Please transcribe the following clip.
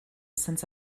since